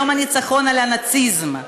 יום הניצחון על הנאציזם,